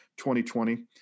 2020